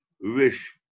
wish